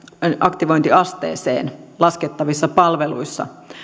aktivointiasteeseen laskettavissa palveluissa